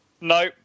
No